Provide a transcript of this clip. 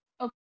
okay